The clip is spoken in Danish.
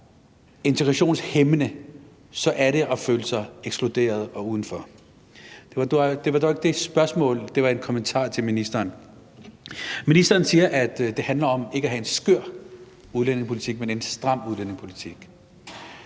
integrationshæmmende, så er det at føle sig ekskluderet og udenfor. Det var ikke et spørgsmål; det var en kommentar til ministeren. Ministeren siger, at det handler om ikke at have en skør udlændingepolitik, men en stram udlændingepolitik.